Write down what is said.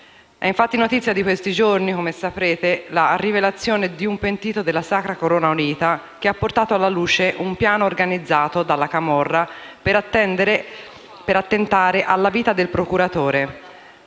È infatti notizia di questi giorni, come saprete, la rivelazione di un pentito della sacra corona unita, che ha portato alla luce un piano organizzato dalla camorra per attentare alla vita del procuratore.